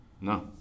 No